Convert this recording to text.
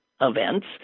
events